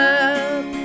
up